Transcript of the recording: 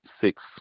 six